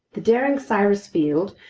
the daring cyrus field,